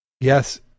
yes